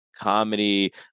comedy